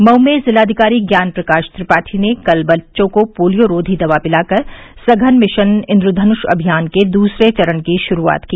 मऊ में जिलाधिकारी ज्ञान प्रकाश त्रिपाठी ने कल बच्चों को पोलियो रोघी दवा पिलाकर सघन मिशन इंद्रघन्ष अभियान के दूसरे चरण की शुरूआत की